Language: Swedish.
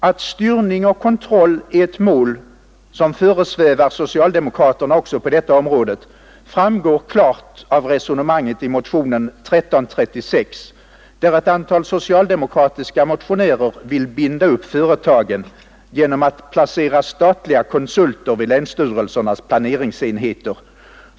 Att styrning och kontroll är ett mål som föresvävar socialdemokraterna också på detta område framgår klart av resonemanget i motionen 1336, där ett antal socialdemokratiska motionärer vill binda upp företagen genom att placera statliga konsulter vid länsstyrelsernas planeringsenheter.